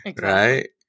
right